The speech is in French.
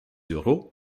euros